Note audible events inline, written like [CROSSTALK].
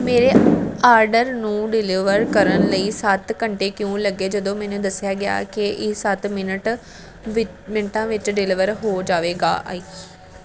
ਮੇਰੇ ਆਰਡਰ ਨੂੰ ਡਿਲੀਵਰ ਕਰਨ ਲਈ ਸੱਤ ਘੰਟੇ ਕਿਉਂ ਲੱਗੇ ਜਦੋਂ ਮੈਨੂੰ ਦੱਸਿਆ ਗਿਆ ਕਿ ਇਹ ਸੱਤ ਮਿਨਟ ਵਿ ਮਿੰਟਾਂ ਵਿੱਚ ਡਿਲੀਵਰ ਹੋ ਜਾਵੇਗਾ [UNINTELLIGIBLE]